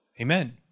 Amen